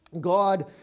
God